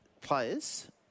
players